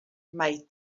mai